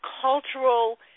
cultural